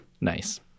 Nice